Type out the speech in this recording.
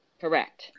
Correct